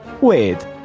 Wait